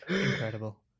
incredible